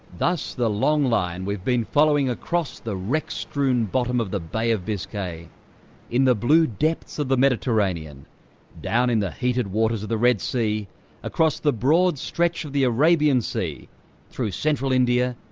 thus the long line we've been following across the wreck strewn bottom of the bay of biscay in the blue depths of the mediterranean down in the heated waters of the red sea across the broad stretch of the arabian sea through central india,